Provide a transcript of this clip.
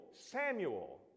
Samuel